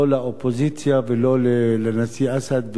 לא לאופוזיציה ולא לנשיא אסד,